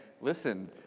listen